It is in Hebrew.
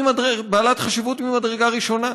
הצעות לסדר-היום יהיה השר הרלוונטי,